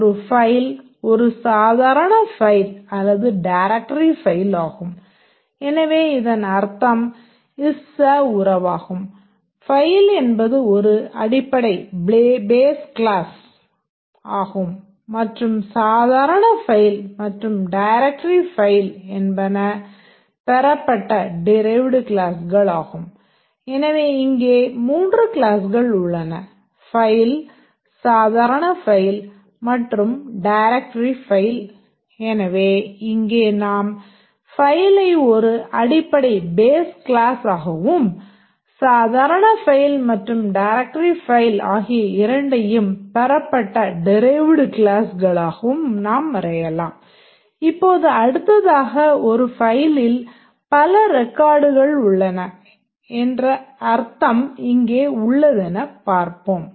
ஒரு ஃபைல் ஒரு சாதாரண ஃபைல் அல்லது டைரெக்டரி ஃபைல் உள்ளன என்ற அர்த்தம் இங்கே உள்ளதெனப் பார்ப்போம்